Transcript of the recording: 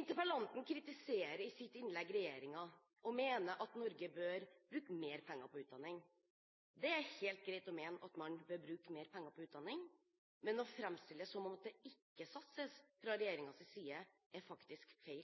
Interpellanten kritiserer i sitt innlegg regjeringen og mener at Norge bør bruke mer penger på utdanning. Det er helt greit å mene at man bør bruke mer penger på utdanning, men å framstille det som om det ikke satses fra regjeringens side, er faktisk feil.